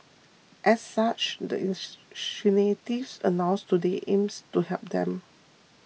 as such the announced today aims to help them